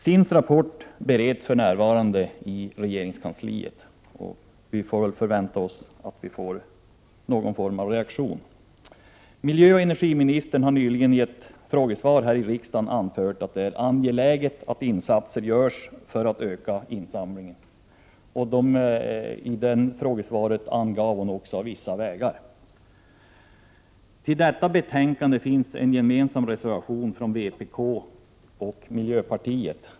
SIND:s rapport bereds för närvarande i regeringskansliet. Man får väl förvänta sig någon form av reaktion. Miljöoch energiministern har nyligen i ett frågesvar här i riksdagen anfört att det är angeläget att insatser görs för att öka insamlingen av returpapper. I det frågesvaret angav hon också vissa vägar. I detta betänkande finns det en gemensam reservation från vpk och miljöpartiet.